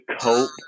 cope